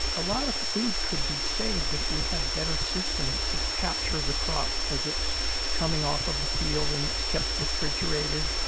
a lot of food could be saved if we had better systems to capture the crop as it's coming off of the field and it's kept refrigerated,